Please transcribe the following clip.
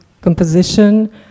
composition